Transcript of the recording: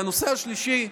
הנושא השלישי,